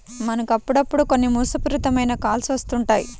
మనకు అప్పుడప్పుడు కొన్ని మోసపూరిత మైన కాల్స్ వస్తుంటాయి